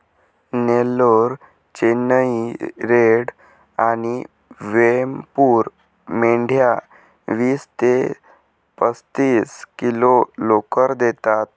Nellore, Chennai red आणि वेमपूर मेंढ्या वीस ते पस्तीस किलो लोकर देतात